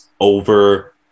over